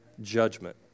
judgment